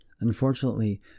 Unfortunately